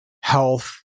health